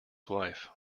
wife